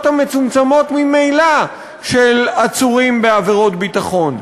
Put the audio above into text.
המצומצמות ממילא של עצורים בעבירות ביטחון.